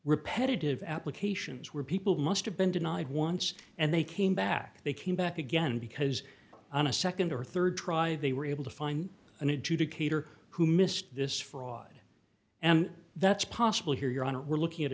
repetitive applications where people must have been denied once and they came back they came back again because on a nd or rd try they were able to find an adjudicator who missed this fraud and that's possible here your honor we're looking at